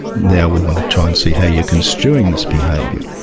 now we want to try and see how you're construing this behaviour,